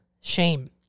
shame